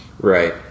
right